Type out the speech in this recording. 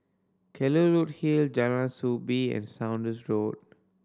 Kelulut Hill Jalan Soo Bee and Saunders Road